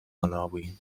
malawi